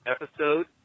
episode